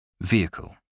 Vehicle